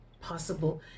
possible